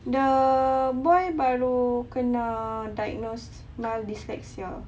the boy baru kena diagnosed mild dyslexia